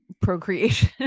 procreation